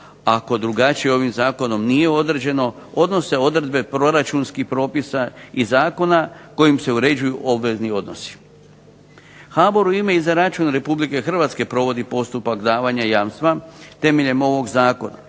ako drugačije ovim zakonom nije određeno odnose odredbe proračunskih propisa i zakona kojim se uređuju obvezni odnosi. HBOR u ime i za račun Republike Hrvatske provodi postupak davanja jamstva temeljem ovog Zakona,